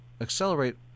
accelerate